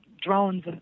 drones